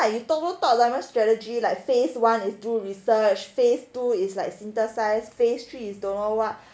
and you talk talk talk a lot strategy like phase one is do research phase two is like synthesize phase three is don't know what